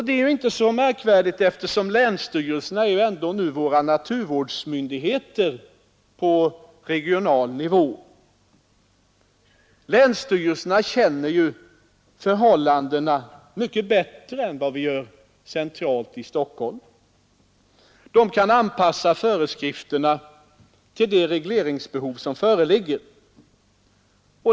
Det är ju inte så märkvärdigt eftersom länsstyrelserna ändå är våra naturvårdsmyndigheter på regional nivå. Länsstyrelserna känner också till de lokala förhållandena mycket bättre än vad vi gör från centralt håll i Stockholm. De kan anpassa föreskrifterna till de regleringsbehov som föreligger.